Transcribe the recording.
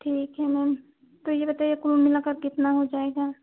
ठीक है मैम तो ये बताईए कुल मिलाकर कितना हो जाएगा